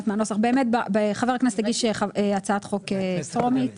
חבר הכנסת הגיש הצעת חוק טרומית